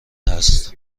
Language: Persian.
هست